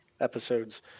episodes